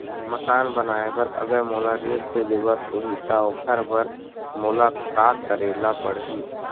मकान बनाये बर अगर मोला ऋण के जरूरत होही त ओखर बर मोला का करे ल पड़हि?